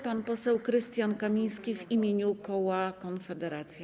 Pan poseł Krystian Kamiński w imieniu koła Konfederacja.